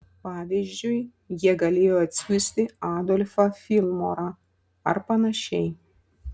pavyzdžiui jie galėjo atsiųsti adolfą filmorą ar panašiai